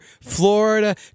Florida